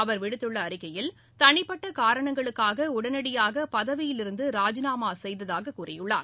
அவர் விடுத்துள்ள அறிக்கையில் தனிப்பட்ட காரணங்களுக்காக உடனடியாக பதவியில் இருந்த ராஜினாமா செய்ததாக கூறியுள்ளார்